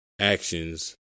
actions